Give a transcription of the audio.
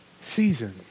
season